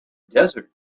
desert